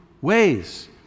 ways